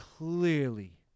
Clearly